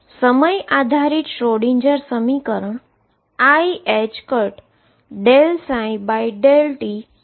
તેથી સમય આધારિત શ્રોડિંજર સમીકરણ iℏ∂ψ∂tH છે